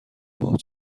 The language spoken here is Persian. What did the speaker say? باهات